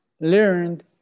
learned